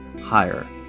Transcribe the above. higher